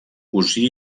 cosí